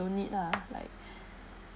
need lah like